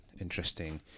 interesting